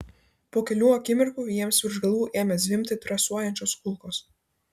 po kelių akimirkų jiems virš galvų ėmė zvimbti trasuojančios kulkos